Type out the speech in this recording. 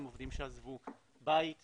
הם עובדים שעזבו בית ומשפחה.